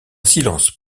silence